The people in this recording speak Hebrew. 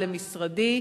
למשרדי,